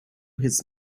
his